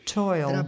toil